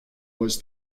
was